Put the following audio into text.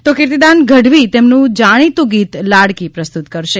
તો કિર્તીદાનગઢવી તેમનું જાણીતુ ગીત લાડકી પ્રસ્તુત કરશે